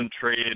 trade